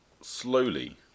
slowly